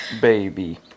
baby